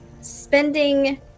spending